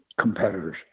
competitors